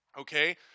okay